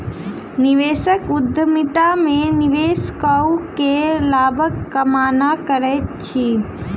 निवेशक उद्यमिता में निवेश कअ के लाभक कामना करैत अछि